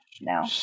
No